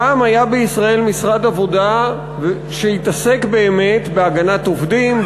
פעם היה בישראל משרד עבודה שהתעסק באמת בהגנת עובדים,